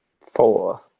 Four